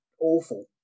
awful